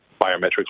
biometrics